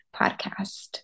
Podcast